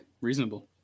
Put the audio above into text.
Reasonable